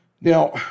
Now